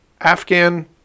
afghan